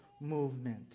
movement